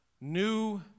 New